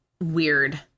weird